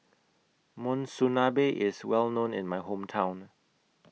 Monsunabe IS Well known in My Hometown